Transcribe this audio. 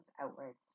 outwards